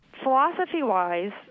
Philosophy-wise